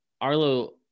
arlo